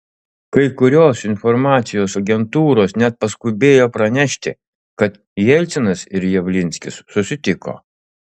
kai kurios informacijos agentūros net paskubėjo pranešti kad jelcinas ir javlinskis susitiko